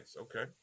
Okay